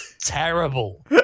terrible